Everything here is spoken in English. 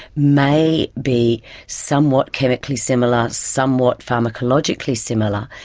may be somewhat chemically similar, somewhat pharmacologically similar,